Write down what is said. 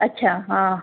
अच्छा हां